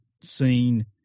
seen